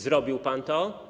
Zrobił pan to?